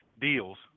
deals